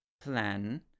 plan